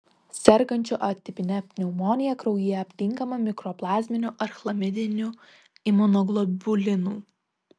sergančių atipine pneumonija kraujyje aptinkama mikoplazminių ar chlamidinių imunoglobulinų